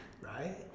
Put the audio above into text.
right